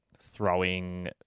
throwing